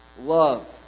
love